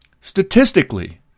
Statistically